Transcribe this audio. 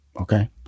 Okay